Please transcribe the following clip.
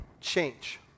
change